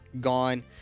Gone